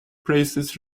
places